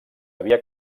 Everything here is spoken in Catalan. havia